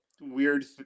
weird